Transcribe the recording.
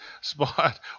spot